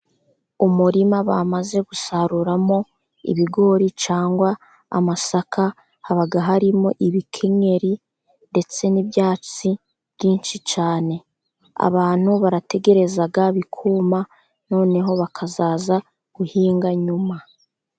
Umurima bamaze gusaruramo ibigori cangwa amasaka, haba harimo ibikenyeri ndetse n'ibyatsi byinshi cyane. Abantu barategereza bikuma, noneho bakazaza guhinga nyuma.